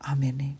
Amen